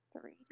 three